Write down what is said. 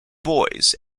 boys